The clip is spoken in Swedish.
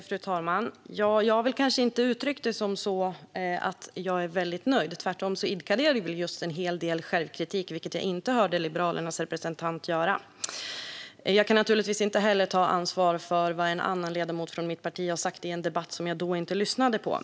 Fru talman! Jag har kanske inte uttryckt det så att jag är väldigt nöjd. Tvärtom idkade jag en hel del självkritik, vilket jag inte hörde Liberalernas representant göra. Jag kan inte ta ansvar för vad en annan ledamot från mitt parti har sagt i en debatt som jag inte lyssnade på.